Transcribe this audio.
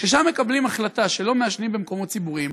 כששם מקבלים החלטה שלא מעשנים במקומות ציבוריים,